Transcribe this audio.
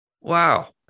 Wow